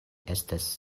estas